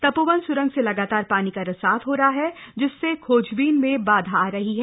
तपोवन स्रंग स लगातार पानी का रिसाव हो रहा है जिसस खोजबीन में बाधा आ रही है